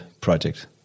project